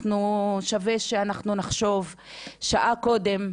שווה שאנחנו נחשוב שעה קודם,